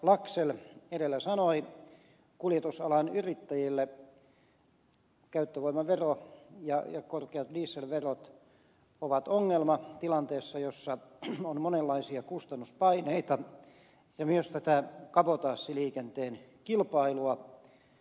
laxell edellä sanoi kuljetusalan yrittäjille käyttövoimavero ja korkeat dieselverot ovat ongelma tilanteessa jossa on monenlaisia kustannuspaineita ja myös kabotaasiliikenteen kilpailua